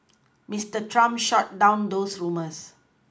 Mister Trump shot down those rumours